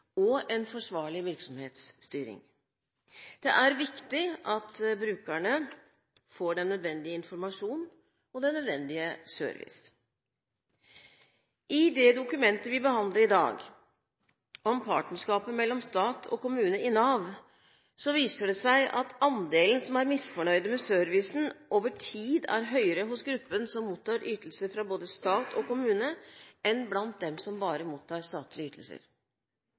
og en forsvarlig virksomhetsstyring. Det er viktig at brukerne får den nødvendige informasjon og den nødvendige service. Når det gjelder det dokumentet vi behandler i dag, om partnerskapet mellom stat og kommune i Nav, viser det seg at andelen som er misfornøyd med servicen, over tid er høyere for gruppen som mottar ytelser både fra stat og kommune, enn blant dem som bare mottar statlige ytelser.